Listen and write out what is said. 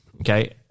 Okay